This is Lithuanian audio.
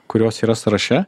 kurios yra sąraše